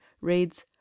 reads